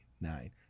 nine